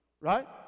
Right